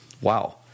Wow